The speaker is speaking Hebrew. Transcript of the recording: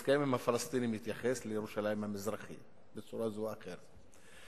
הסכם עם הפלסטינים יתייחס לירושלים המזרחית בצורה זו או אחרת,